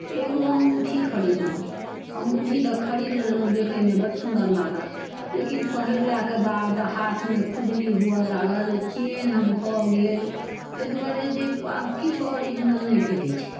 एगो अङ्गूठी खरीदलहुँ अङ्गूठी तऽ खरीद लेलहुँ देखयमे बड्ड सुन्दर लागल लेकिन पहिरलाक बाद हाथमे खुजली हुअ लागल चेह्न भऽ गेल एहि दुआरे जे आब किछु ऑरिजिनल नहि भेटै छै